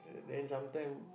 then sometime